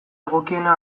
egokiena